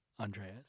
Andreas